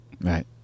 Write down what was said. Right